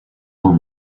were